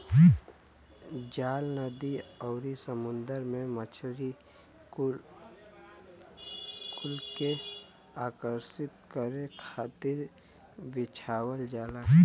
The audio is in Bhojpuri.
जाल नदी आउरी समुंदर में मछरी कुल के आकर्षित करे खातिर बिछावल जाला